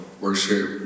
worship